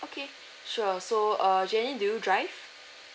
okay sure so err jenny do you drive